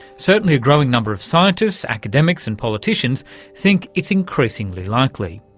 certainly a growing number of scientists, academics and politicians think it's increasingly likely.